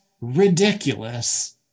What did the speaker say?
ridiculous